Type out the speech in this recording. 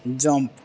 jump